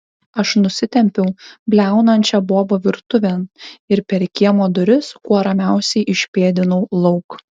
aš nusitempiau bliaunančią bobą virtuvėn ir per kiemo duris kuo ramiausiai išpėdinau lauk